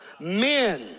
men